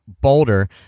Boulder